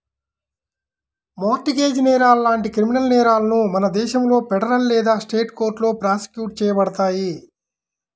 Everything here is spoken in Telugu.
మార్ట్ గేజ్ నేరాలు లాంటి క్రిమినల్ నేరాలను మన దేశంలో ఫెడరల్ లేదా స్టేట్ కోర్టులో ప్రాసిక్యూట్ చేయబడతాయి